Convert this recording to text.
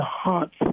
haunts